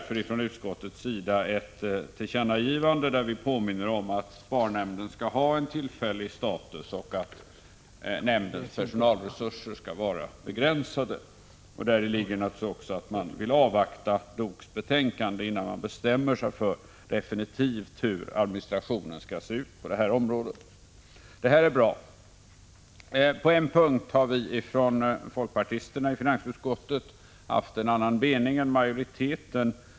Från utskottets sida gör vi därför ett tillkännagivande där vi påminner om att SPAR-nämnden skall ha en tillfällig status och att nämndens personalresurser skall vara begränsade. Däri ligger naturligtvis också att man vill avvakta DOK:s betänkande innan man definitivt bestämmer sig för hur administrationen skall se ut på detta område. Det är bra. På en punkt har vi folkpartister i finansutskottet emellertid haft en annan mening än majoriteten.